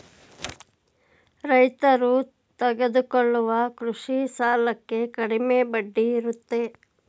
ರೈತರು ತೆಗೆದುಕೊಳ್ಳುವ ಕೃಷಿ ಸಾಲಕ್ಕೆ ಕಡಿಮೆ ಬಡ್ಡಿ ಇರುತ್ತೆ